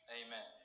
amen